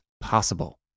possible